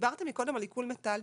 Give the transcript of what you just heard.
דיברתם מקודם על עיקול מיטלטלין.